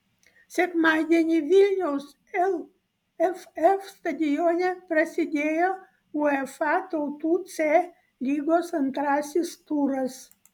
sekmadienį vilniaus lff stadione prasidėjo uefa tautų c lygos antrasis turas